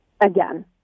again